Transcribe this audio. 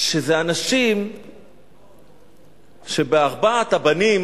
שזה אנשים שבארבעת הבנים